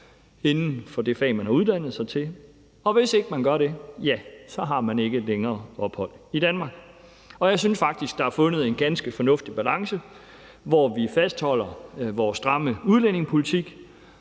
inden for det fag, man har uddannet sig til, og hvis ikke man gør det, så har man ikke længere ophold i Danmark. Jeg synes faktisk, der er fundet en ganske fornuftig balance, hvor vi fastholder vores stramme udlændingepolitik,